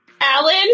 Alan